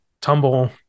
tumble